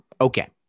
okay